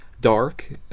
Dark